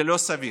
זה לא סביר,